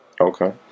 Okay